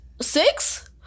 Six